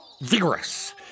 vigorous